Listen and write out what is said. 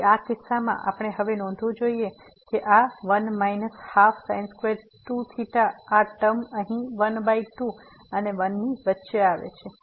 તેથી આ કિસ્સામાં આપણે હવે નોંધવું જોઇએ કે આ 1 122θ આ ટર્મ અહીં 12 અને 1 ની વચ્ચે આવે છે